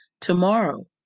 tomorrow